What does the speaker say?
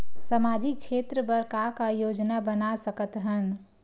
सामाजिक क्षेत्र बर का का योजना बना सकत हन?